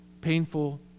painful